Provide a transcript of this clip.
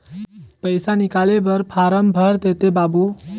पइसा निकाले बर फारम भर देते बाबु?